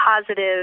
positive